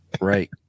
right